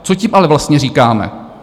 Co tím ale vlastně říkáme?